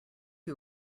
who